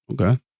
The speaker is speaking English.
Okay